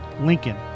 Lincoln